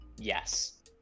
Yes